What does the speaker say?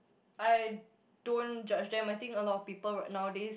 I don't judge them I think a lot of people right nowadays